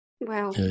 Wow